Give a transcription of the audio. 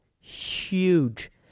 Huge